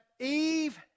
Eve